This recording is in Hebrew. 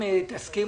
סיכום.